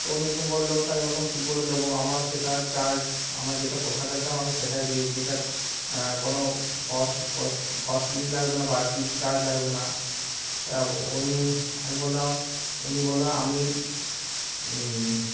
তো উনি এরকম বললো তো আমি বললাম কী করে দেবো আমার যেটা চার্জ আমার যেটা পোশাকের দাম আমি সেটাই দিয়েছি এটা কোনো কস্ট কস্ট কস্টলি লাগবে না বাড়তি চার্জ লাগবে না তা উনি আমি বললাম উনি বললো আমি